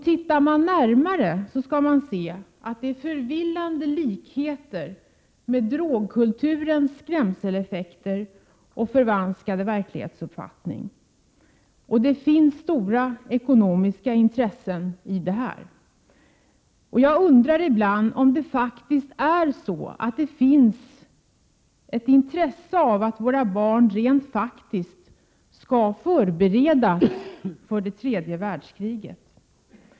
Tittar man närmare på detta, skall man finna att det här finns förvillande likheter med drogkulturens skrämseleffekter och förvanskade verklighetsuppfattning. Det ligger stora ekonomiska intressen bakom denna verksamhet. Jag undrar ibland om det faktiskt är så att det finns ett intresse av att våra barn skall förberedas för det tredje världskriget.